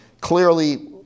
clearly